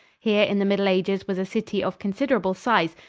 here in the middle ages was a city of considerable size,